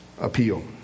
appeal